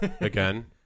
again